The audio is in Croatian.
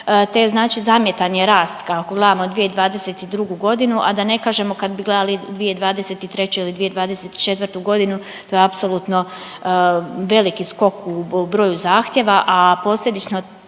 te znači zamjetan je rast ako gledamo 2022. godinu, a da ne kažemo kad bi gledali 2023. ili 2024. godinu to je apsolutno veliki skok u broju zahtjeva, a posljedično